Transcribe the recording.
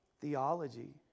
theology